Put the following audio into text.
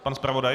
Pan zpravodaj.